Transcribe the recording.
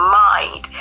mind